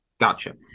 Gotcha